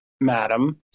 madam